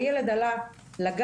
הילד עלה לגן,